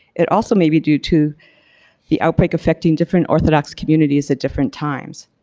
it also may be due to the outbreak affecting different orthodox communities at different times.